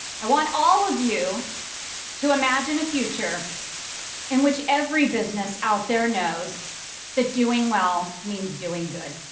i want all of you to imagine a future in which every business out there knows that doing well means doing good.